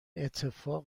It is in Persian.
اتفاق